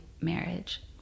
marriage